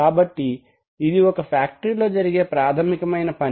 కాబట్టి ఇది ఒక ఫ్యాక్టరీ లో జరిగే ప్రాథమికమైన పని